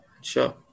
Sure